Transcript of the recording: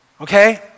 Okay